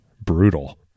Brutal